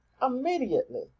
Immediately